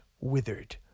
withered